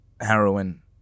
heroin